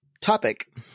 topic